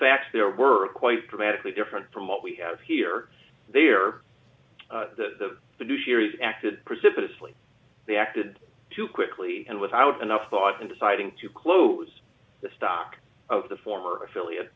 facts there were quite dramatically different from what we have here they are the new series acted precipitously they acted too quickly and without enough thought in deciding to close the stock of the former affiliate